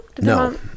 no